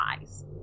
eyes